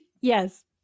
Yes